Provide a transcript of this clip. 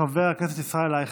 חבר הכנסת ישראל אייכלר.